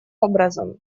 образом